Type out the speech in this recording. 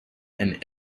and